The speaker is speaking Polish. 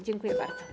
Dziękuję bardzo.